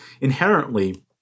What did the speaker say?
inherently